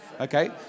okay